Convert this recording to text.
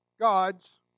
God's